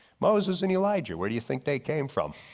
moses and elijah where do you think they came from.